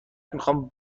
میخام